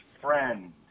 friend